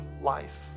life